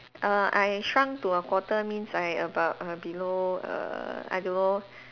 err I shrunk to a quarter means I about err below err I don't know